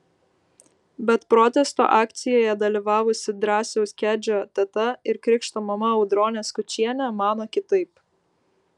bet protesto akcijoje dalyvavusi drąsiaus kedžio teta ir krikšto mama audronė skučienė mano kitaip